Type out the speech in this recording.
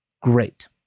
great